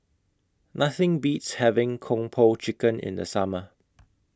Nothing Beats having Kung Po Chicken in The Summer